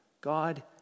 God